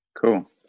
Cool